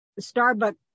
Starbucks